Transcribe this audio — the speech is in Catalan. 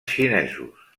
xinesos